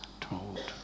told